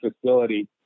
facility